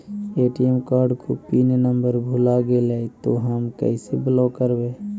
ATM card को pin number भुला गैले तौ हम कैसे ब्लॉक करवै?